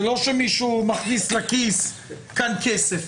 זה לא שמישהו מכניס לכיס כאן כסף.